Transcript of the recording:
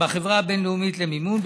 בחברה הבין-לאומית למימון,